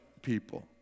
people